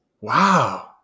Wow